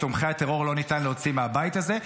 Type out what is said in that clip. את תומכי הטרור לא ניתן להוציא מהבית הזה,